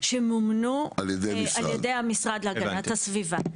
שמומנו על ידי המשרד להגנת הסביבה,